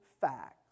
facts